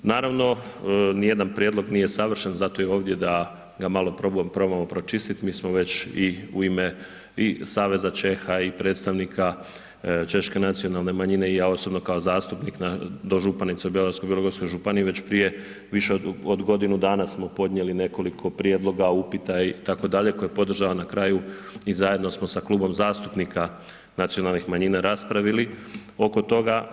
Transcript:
Naravno ni jedan prijedlog nije savršen zato je i ovdje da ga malo probamo pročistiti, mi smo već u ime i saveza Čeha i predstavnika češke nacionalne manjine i ja osobno kao zastupnik na dožupanice u Bjelovarsko-bilogorskoj županiji već prije više od godinu dana smo podnijeli nekoliko prijedloga, upita itd., koje podržava na kraju i zajedno smo sa klubom zastupnika nacionalnih manjina raspravili oko toga.